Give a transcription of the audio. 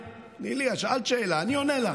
תני לי, את שאלת שאלה, אני עונה לך.